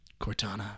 Cortana